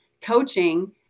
coaching